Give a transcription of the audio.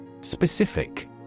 Specific